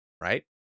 right